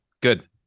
good